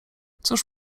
cóż